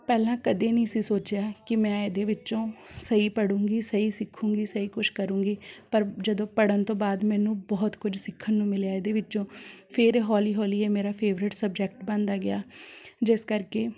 ਪਹਿਲਾਂ ਕਦੇ ਨਹੀਂ ਸੀ ਸੋਚਿਆ ਕਿ ਮੈਂ ਇਹਦੇ ਵਿੱਚੋਂ ਸਹੀ ਪੜਾਂਗੀ ਸਹੀ ਸਿੱਖਾਂਗੀ ਸਹੀ ਕੁਛ ਕਰਾਂਗੀ ਪਰ ਜਦੋਂ ਪੜ੍ਹਨ ਤੋਂ ਬਾਅਦ ਮੈਨੂੰ ਬਹੁਤ ਕੁਝ ਸਿੱਖਣ ਨੂੰ ਮਿਲਿਆ ਇਹਦੇ ਵਿੱਚੋਂ ਫਿਰ ਹੌਲੀ ਹੌਲੀ ਇਹ ਮੇਰਾ ਫੇਵਰੇਟ ਸਬਜੈਕਟ ਬਣਦਾ ਗਿਆ ਜਿਸ ਕਰ ਕੇ